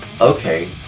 okay